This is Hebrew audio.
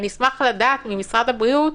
אני אשמח לדעת ממשרד הבריאות